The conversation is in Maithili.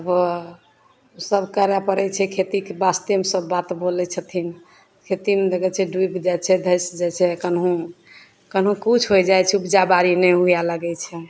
तऽ बऽ सब करै पड़ै छै खेतीके वास्तेमे सब बात बोलै छथिन खेतीमे देखै छै डुबि जाइ छै धसि जाइ छै कोनहु कोनहु किछु हो जाइ छै उपजाबाड़ी नहि हुए लागै छै